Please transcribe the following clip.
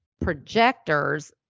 projectors